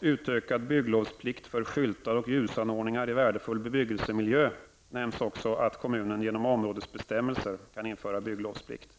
utökad bygglovsplikt för skyltar och ljusanordningar i värdefull bebyggelsemiljö nämns också att kommunen genom områdesbestämmelser kan införa bygglovsplikt.